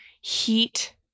heat